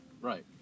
Right